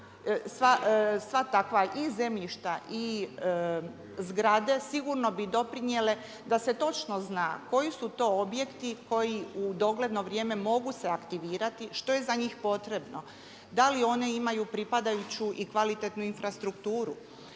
sva takva i zemljišta i zgrade sigurno bi doprinijele da se točno zna koji su to objekti koji u dogledno vrijeme mogu se aktivirati, što je za njih potrebno. Da li one imaju pripadajuću i kvalitetnu infrastrukturu,